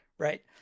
right